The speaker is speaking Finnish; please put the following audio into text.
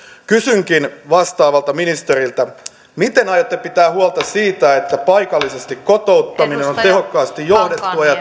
kysynkin vastaavalta ministeriltä miten aiotte pitää huolta siitä että paikallisesti kotouttaminen on on tehokkaasti johdettua ja